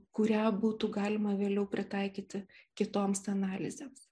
kurią būtų galima vėliau pritaikyti kitoms analizėms